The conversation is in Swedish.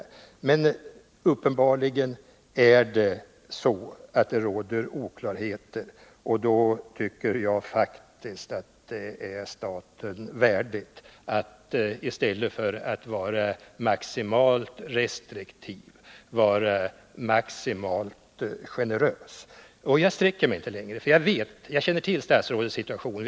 Vad som är uppenbart är trots allt att det råder oklarheter, och då tycker jag faktiskt att det är staten värdigt att i stället för att vara maximalt restriktiv vara maximalt generös. Jag sträcker mig inte längre, för jag känner till statsrådets situation.